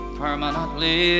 permanently